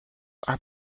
are